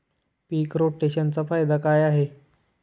पीक रोटेशनचा फायदा काय आहे?